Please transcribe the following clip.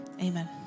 Amen